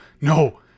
no